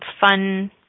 fun